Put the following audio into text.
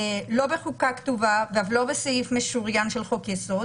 לא בחוקה כתובה ואף לא בסעיף משוריין של חוק-יסוד.